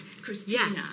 Christina